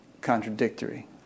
contradictory